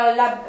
la